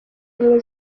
ubumwe